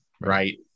right